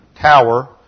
tower